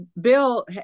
Bill